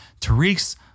Tariq's